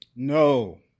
No